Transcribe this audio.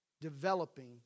developing